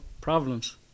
problems